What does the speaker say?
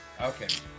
Okay